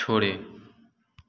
छोड़ें